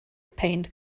paint